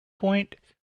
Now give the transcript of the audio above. point